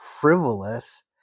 frivolous